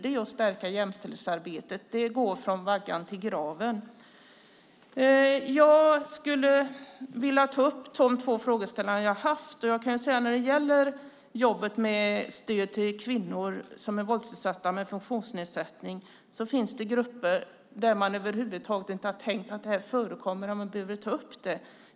Det är att stärka jämställdhetsarbetet. Det går från vaggan till graven. Jag skulle vilja ta upp de två frågeställningar jag har haft. När det gäller jobbet med stöd till kvinnor med funktionsnedsättning som är våldsutsatta finns det grupper där man över huvud taget inte har tänkt sig att detta förekommer och att man skulle ha behövt ta upp det.